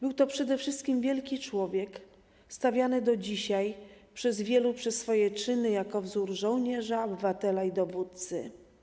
Był to przede wszystkim wielki człowiek, stawiany do dzisiaj przez wielu przez swoje czyny za wzór żołnierza, obywatela i dowódcy.